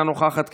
אינה נוכחת,